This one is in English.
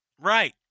Right